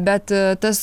bet tas